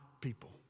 people